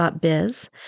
biz